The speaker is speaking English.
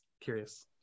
curious